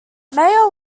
mayer